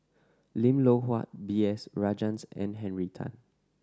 Lim Loh Huat B S Rajhans and Henry Tan